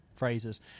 phrases